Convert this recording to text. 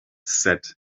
said